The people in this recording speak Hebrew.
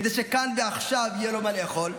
כדי שכאן ועכשיו יהיה לו מה לאכול.